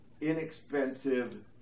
inexpensive